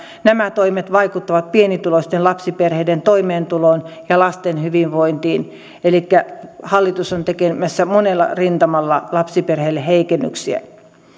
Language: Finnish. nämä toimet vaikuttavat pienituloisten lapsiperheiden toimeentuloon ja lasten hyvinvointiin elikkä hallitus on tekemässä monella rintamalla lapsiperheille heikennyksiä